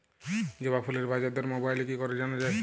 জবা ফুলের বাজার দর মোবাইলে কি করে জানা যায়?